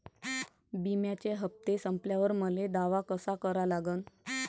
बिम्याचे हप्ते संपल्यावर मले दावा कसा करा लागन?